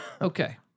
Okay